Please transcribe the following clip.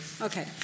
Okay